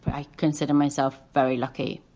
i consider myself very lucky.